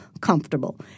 comfortable